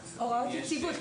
הוראות יציבות.